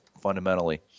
fundamentally